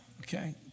Okay